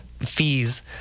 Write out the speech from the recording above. Fees